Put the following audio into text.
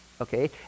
Okay